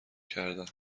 کردم